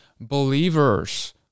believers